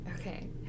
okay